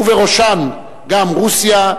ובראשן גם רוסיה,